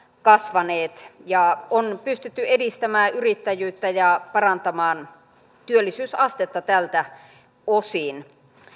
kasvaneet ja on pystytty edistämään yrittäjyyttä ja parantamaan työllisyysastetta tältä osin